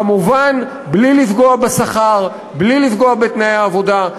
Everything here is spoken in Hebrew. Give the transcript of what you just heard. כמובן, בלי לפגוע בשכר, בלי לפגוע בתנאי העבודה.